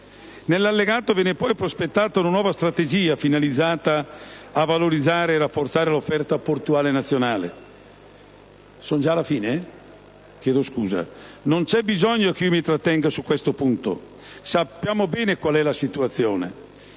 Nell'allegato viene poi prospettata una nuova strategia finalizzata a valorizzare e rafforzare l'offerta portuale nazionale. Non c'è bisogno che io mi trattenga su questo punto, sappiamo bene quale è la situazione: